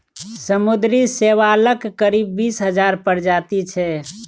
समुद्री शैवालक करीब बीस हजार प्रजाति छै